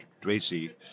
Tracy